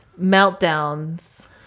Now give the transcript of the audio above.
meltdowns